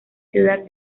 ciudad